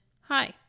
hi